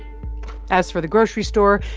as for the grocery store,